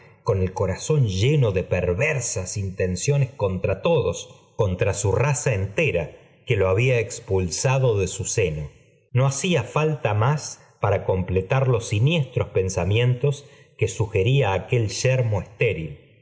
con el corazón lleno de perversas intenciones contra todos contra bu raza entera que lo había expulsado de su seno no hqcía falta más para completar los siniestros pensamientos que sugería aquel yermo estéril